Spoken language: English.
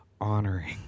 honoring